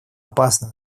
опасно